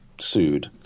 sued